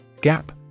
Gap